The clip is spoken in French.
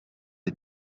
les